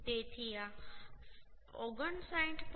તેથી આ 59